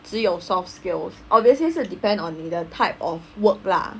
只有 soft skills obviously 是 depend on 你的 type of work lah